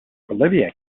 olivia